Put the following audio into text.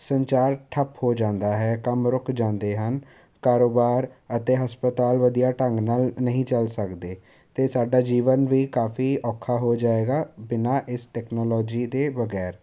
ਸੰਚਾਰ ਠੱਪ ਹੋ ਜਾਂਦਾ ਹੈ ਕੰਮ ਰੁਕ ਜਾਂਦੇ ਹਨ ਕਾਰੋਬਾਰ ਅਤੇ ਹਸਪਤਾਲ ਵਧੀਆ ਢੰਗ ਨਾਲ ਨਹੀਂ ਚੱਲ ਸਕਦੇ ਅਤੇ ਸਾਡਾ ਜੀਵਨ ਵੀ ਕਾਫੀ ਔਖਾ ਹੋ ਜਾਵੇਗਾ ਬਿਨਾਂ ਇਸ ਤੈਕਨੋਲੋਜੀ ਦੇ ਬਗੈਰ